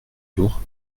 door